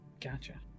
Gotcha